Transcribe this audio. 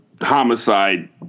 homicide